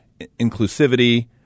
Inclusivity